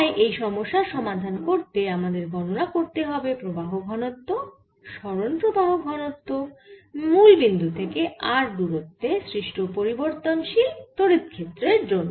তাই এই সমস্যার সমাধান করতে আমাদের গণনা করতে হবে প্রবাহ ঘনত্ব সরণ প্রবাহ ঘনত্ব মুল বিন্দু থেকে r দূরত্বে সৃষ্ট পরিবর্তনশীল তড়িৎ ক্ষেত্রের জন্য